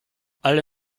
alle